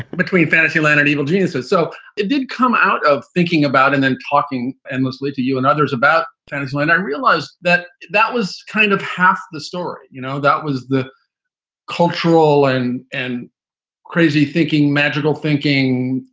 between fantasy land and evil geniuses. so it did come out of thinking about and then talking endlessly to you and others about fantasy. and i realized that that was kind of half the story. you know that was the cultural and and crazy thinking, magical thinking,